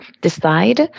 decide